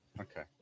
Okay